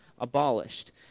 abolished